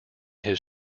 his